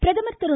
பிரதமர் திரு